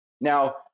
Now